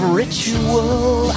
ritual